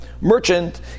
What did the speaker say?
merchant